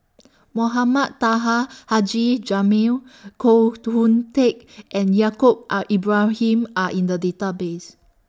Mohamed Taha Haji Jamil Koh Hoon Teck and Yaacob Are Ibrahim Are in The Database